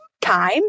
time